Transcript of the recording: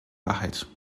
wahrheit